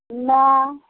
नहि